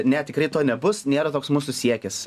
ne tikrai to nebus nėra toks mūsų siekis